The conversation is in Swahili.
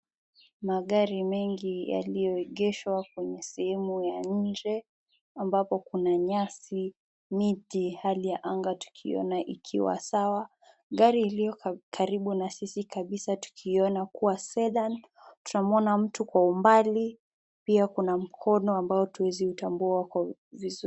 Magari mengi yaliyoegeshwa kwenye sehemu ya nje ambapo kuna nyasi, miti, hali ya anga tukiiona ikiwa sawa. Gari lililokaribu na sisi kabisa tukiiona kuwa sedan . Tunamuona mtu kwa umbali. Pia kuna mkono ambao hatuwezi tambua kwa vizuri.